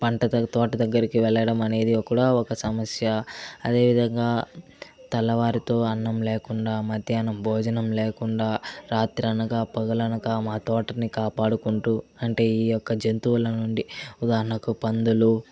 పంట తోట దగ్గరికి వెళ్లడం అనేది ఒక సమస్య అదేవిధంగా తెళ్ళవారితో అన్నం లేకుండా మధ్యానం భోజనం లేకుండా రాత్రి అనగా పగలనకా మా తోటను కాపాడుకుంటూ అంటే ఈ యొక్క జంతువుల నుండి ఉదాహరణకు పందులు